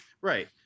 Right